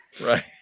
Right